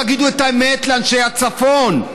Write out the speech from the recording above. תגידו את האמת לאנשי הצפון: